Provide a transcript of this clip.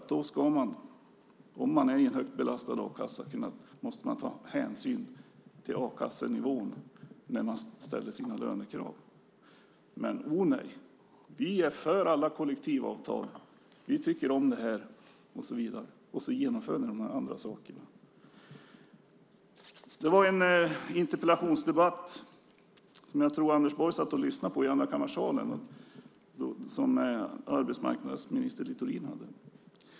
Om man har en högt belastad a-kassa måste man ta hänsyn till a-kassenivån när man ställer sina lönekrav. Men, o nej, ni är för alla kollektivavtal, ni tycker om det. Sedan genomför ni de andra sakerna. Arbetsmarknadsminister Littorin hade en interpellationsdebatt i andrakammarsalen - jag tror att Anders Borg lyssnade.